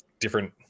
different